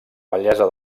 bellesa